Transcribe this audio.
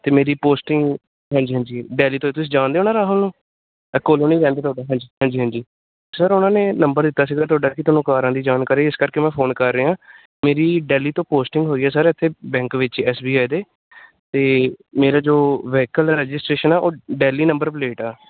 ਅਤੇ ਮੇਰੀ ਪੋਸਟਿੰਗ ਹਾਂਜੀ ਹਾਂਜੀ ਦਿੱਲੀ ਤੋਂ ਤੁਸੀਂ ਜਾਣਦੇ ਹੋ ਨਾ ਰਾਹੁਲ ਨੂੰ ਐ ਕਲੋਨੀ ਰਹਿੰਦਾ ਤੁਹਾਡਾ ਹਾਂਜੀ ਹਾਂਜੀ ਹਾਂਜੀ ਸਰ ਉਹਨਾਂ ਨੇ ਨੰਬਰ ਦਿੱਤਾ ਸੀਗਾ ਤੁਹਾਡਾ ਕੀ ਤੁਹਾਨੂੰ ਕਾਰਾਂ ਦੀ ਜਾਣਕਾਰੀ ਇਸ ਕਰਕੇ ਮੈਂ ਫੋਨ ਕਰ ਰਿਹਾ ਮੇਰੀ ਦਿੱਲੀ ਤੋਂ ਪੋਸਟਿੰਗ ਹੋਈ ਹੈ ਸਰ ਇੱਥੇ ਬੈਂਕ ਵਿੱਚ ਐੱਸ ਬੀ ਆਈ ਦੇ ਅਤੇ ਮੇਰਾ ਜੋ ਵਹੀਕਲ ਰਜਿਸਟ੍ਰੇਸ਼ਨ ਆ ਉਹ ਦਿੱਲੀ ਨੰਬਰ ਪਲੇਟ ਆ